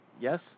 Yes